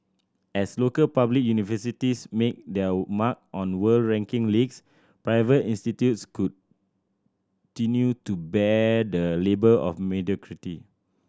as local public universities make their mark on world ranking leagues private institutes continue to bear the label of mediocrity